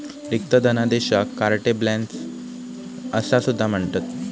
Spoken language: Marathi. रिक्त धनादेशाक कार्टे ब्लँचे असा सुद्धा म्हणतत